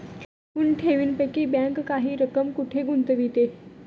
एकूण ठेवींपैकी बँक काही रक्कम कुठे गुंतविते?